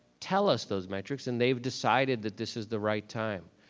tell us those metrics. and they've decided that this is the right time.